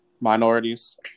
minorities